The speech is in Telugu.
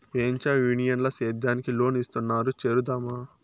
ఏంచా యూనియన్ ల సేద్యానికి లోన్ ఇస్తున్నారు చేరుదామా